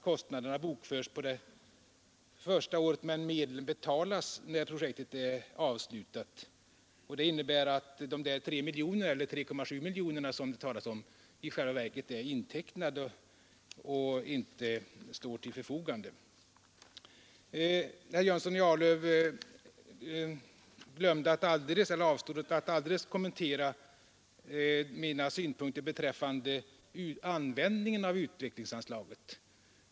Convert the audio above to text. Kostnaderna bokförs då på det första året men betalas först sedan projektet är avslutat. Det innebär att dessa 3,7 miljoner i själva verket är intecknade och inte står till förfogande. Herr Jönsson i Arlöv avstod alldeles från att kommentera mina synpunkter på användningen av utvecklingsanslaget.